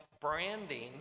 branding